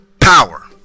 Power